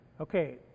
Okay